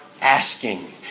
asking